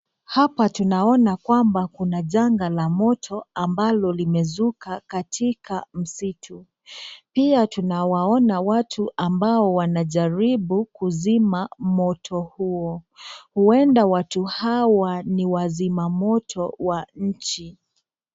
Hapa tunaona kwamba kuna janga la moto ambalo limezuka katika msitu, pia tunawaona watu ambao wanajaribu kuzima moto huo, ueda watu hawa ni wazimamoto wa nchi.